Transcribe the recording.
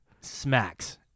smacks